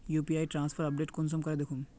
UPI transfer update कुंसम करे दखुम?